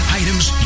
items